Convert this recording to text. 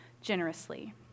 generously